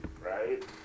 right